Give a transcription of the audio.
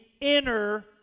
inner